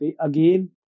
Again